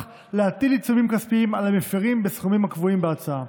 להטיל עיצומים כספיים על המפירים בסכומים הקבועים בהצעה.